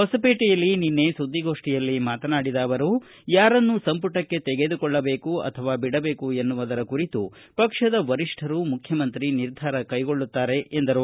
ಹೊಸಪೇಟೆಯಲ್ಲಿ ನಿನ್ನೆ ಸುದ್ದಿಗೋಷ್ಠಿಯಲ್ಲಿ ಮಾತನಾಡಿದ ಅವರು ಯಾರನ್ನೂ ಸಂಪುಟಕ್ಕೆ ತೆಗೆದುಕೊಳ್ಳಬೇಕು ಅಥವಾ ಬಿಡಬೇಕು ಎನ್ನುವುದರ ಕುರಿತು ಪಕ್ಷದ ವರಿಷ್ಠರು ಮುಖ್ಯಮಂತ್ರಿ ನಿರ್ಧಾರ ಕೈಗೊಳ್ಳುತ್ತಾರೆ ಎಂದರು